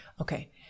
Okay